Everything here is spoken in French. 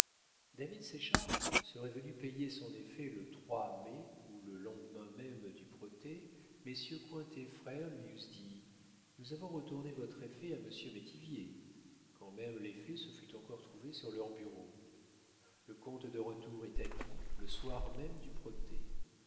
david séchard serait venu payer son effet le trois mai ou le lendemain même du protêt messieurs cointet frères lui eussent dit nous avons retourné votre effet à monsieur métivier quand même l'effet se fût encore trouvé sur leur bureau le compte de retour est acquis le soir même du protêt